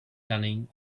cunning